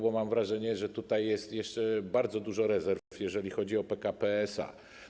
Bo mam wrażenie, że tutaj jest jeszcze bardzo dużo rezerw, jeżeli chodzi o PKP SA.